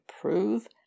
prove